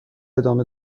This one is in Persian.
ادامه